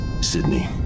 Sydney